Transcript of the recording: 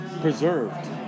preserved